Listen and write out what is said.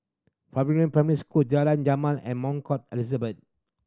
Primary School Jalan Jamal and Elizabeth